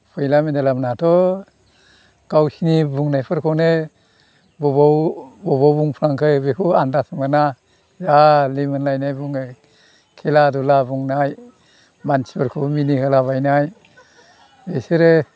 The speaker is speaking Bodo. फैला मेन्देलामोनहाथ' गावसिनि बुंनाफोरखौनो बबाव बबाव बुंफ्लांखो बेखौ आन्दास मोना जा लिमोनलायनाय बुङो खेला दुला बुंनाय मानसिफोरखौ मिनिहोलाबायनाय बेसोरो